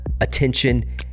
attention